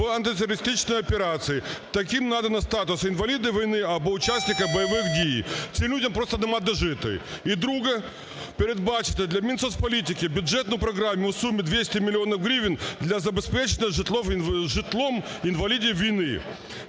в антитерористичній операції. Таким надано статус інваліди війни або учасників бойових дій. Цим людям просто немає де жити. І друге: передбачити для Мінсоцполітики бюджетну програму у сумі 200 мільйонів гривень для забезпечення житлом інвалідів війни.